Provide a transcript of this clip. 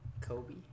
Kobe